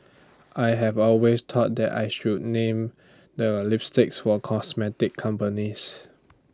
I have always thought that I should name the lipsticks for cosmetic companies